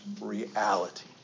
reality